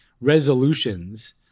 resolutions